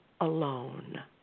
alone